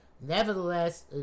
Nevertheless